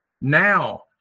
now